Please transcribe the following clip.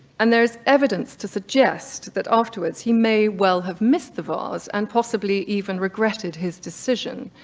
and there's evidence to suggest that afterwards he may well have missed the vase and possibly even regretted his decision.